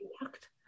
impact